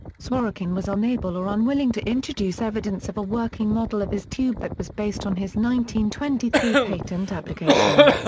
zworykin was unable or unwilling to introduce evidence of a working model of his tube that was based on his one twenty three patent application.